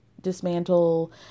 dismantle